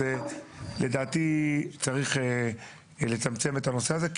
לדעתי צריך לצמצם את הנושא הזה,